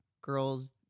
girls